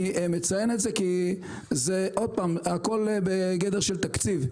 אני מציין את זה כי הכול בגדר תקציב.